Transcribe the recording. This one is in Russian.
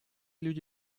люди